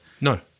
No